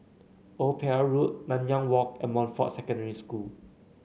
Old Pier Road Nanyang Walk and Montfort Secondary School